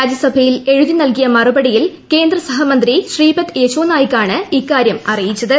രാജ്യസഭയിൽ എഴുതി നൽകിയ മറുപടിയിൽ കേന്ദ്ര സഹമന്ത്രി ശ്രീപദ് യശോ നായിക്കാണ് ഇക്കാര്യമറിയിച്ചത്